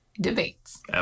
debates